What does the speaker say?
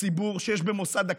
הציבור שיש במוסד הכנסת,